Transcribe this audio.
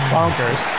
Bonkers